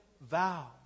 vow